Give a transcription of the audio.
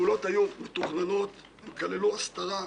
היו כמה של כץ במהלך השימוע שהתקיים בפניי,